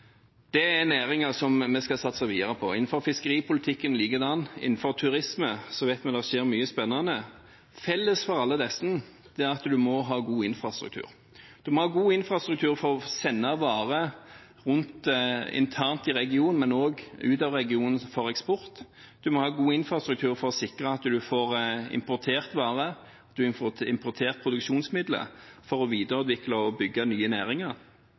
Det er næringer som vi skal satse videre på. Innenfor fiskeripolitikken ligger det an til det, og innenfor turisme vet vi at det skjer mye spennende. Felles for alle disse er at en må ha god infrastruktur. En må ha god infrastruktur for å sende varer rundt internt i regionen, men også ut av regionen for eksport, og en må ha god infrastruktur for å sikre at en får importert varer og får importert produksjonsmidler for å videreutvikle og bygge nye næringer.